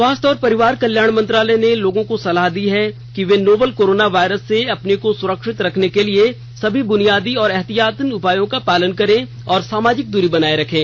स्वास्थ्य और परिवार कल्याण मंत्रालय ने लोगों को सलाह दी है कि वे नोवल कोरोना वायरस से अपने को सुरक्षित रखने के लिए सभी बुनियादी एहतियाती उपायों का पालन करें और सामाजिक दूरी बनाए रखें